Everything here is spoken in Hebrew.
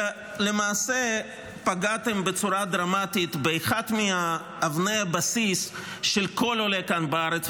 אלא למעשה פגעתם בצורה דרמטית באחת מאבני הבסיס של כל עולה כאן בארץ,